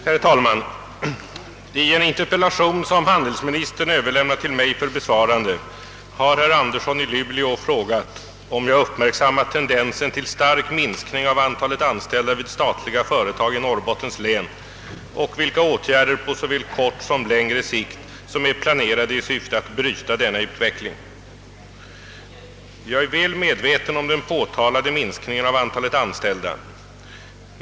Herr talman! I en interpellation, som handelsministern överlämnat till mig för besvarande, har herr Andersson i Luleå frågat, om jag uppmärksammat tendensen till stark minskning av antalet anställda vid statliga företag i Norrbottens län och vilka åtgärder på såväl kort som längre sikt som är planerade i syfte att bryta denna utveckling. Jag är väl medveten om den påtalade minskningen av antalet anställda.